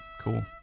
cool